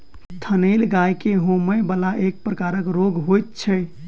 थनैल गाय के होमय बला एक प्रकारक रोग होइत छै